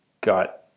got